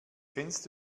kennst